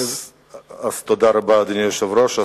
אז תודה רבה, אדוני היושב-ראש.